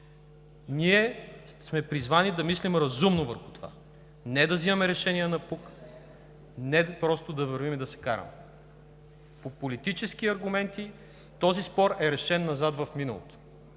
Ние сме призвани да мислим разумно върху това – не да взимаме решения напук, не просто да вървим и да се караме. По политически аргументи този спор е решен назад в миналото